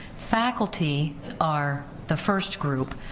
faculty are the first group,